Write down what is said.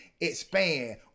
expand